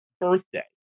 birthday